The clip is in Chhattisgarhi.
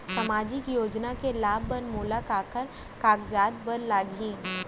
सामाजिक योजना के लाभ बर मोला काखर कागजात बर लागही?